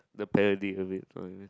the parody of it